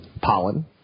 pollen